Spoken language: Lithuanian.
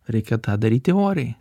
reikia tą daryti oriai